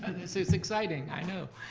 and this is exciting, i know.